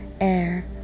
Air